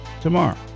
tomorrow